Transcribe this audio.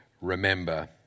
remember